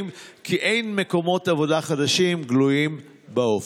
כי אין מקומות עבודה חדשים גלויים באופק.